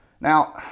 Now